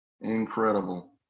incredible